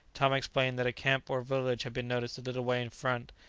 tom explained that a camp or village had been noticed a little way in front,